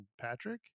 Patrick